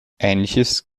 ähnliches